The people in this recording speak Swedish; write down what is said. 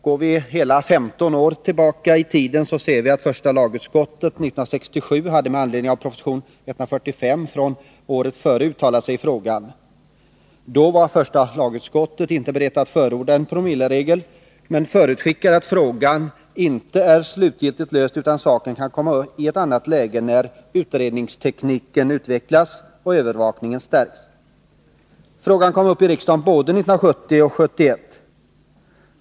Går vi hela 15 år tillbaka i tiden ser vi att första lagutskottet år 1967 med anledning av proposition 145 från året före hade uttalat sig i frågan. Då var första lagutskottet inte berett att förorda en promilleregel men förutskickade att frågan inte var slutgiltigt löst utan att saken kan kommai ett annat läge när utredningstekniken utvecklas och övervakningen stärks. Frågan kom upp i riksdagen både 1970 och 1971.